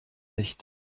nicht